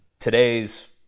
today's